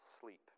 sleep